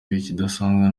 bidasanzwe